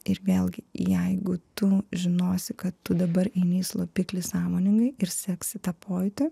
ir vėlgi jeigu tu žinosi kad tu dabar eini į slopiklį sąmoningai ir seksi tą pojūtį